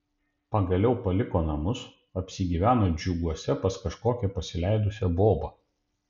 pagaliau paliko namus apsigyveno džiuguose pas kažkokią pasileidusią bobą